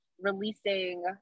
releasing